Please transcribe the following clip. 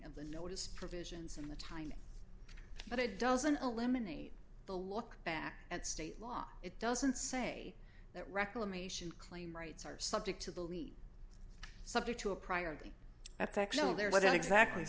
of the notice provisions and the timing but it doesn't eliminate the look back at state law it doesn't say that reclamation claim rights are subject to believe subject to a priority at the actual there what exactly